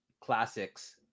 classics